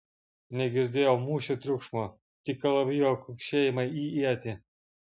negirdėjo mūšio triukšmo tik kalavijo kaukšėjimą į ietį